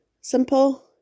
Simple